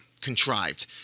contrived